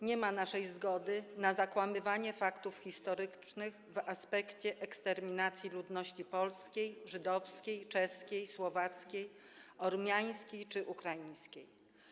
Nie ma naszej zgody na zakłamywanie faktów historycznych w aspekcie eksterminacji ludności polskiej, żydowskiej, czeskiej, słowackiej, ormiańskiej czy ukraińskiej.